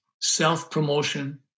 self-promotion